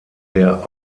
der